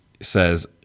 says